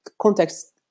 context